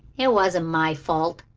it wasn't my fault,